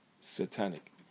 satanic